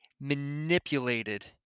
manipulated